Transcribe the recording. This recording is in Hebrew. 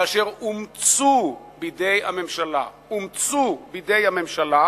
ואשר אומצו בידי הממשלה אומצו בידי הממשלה,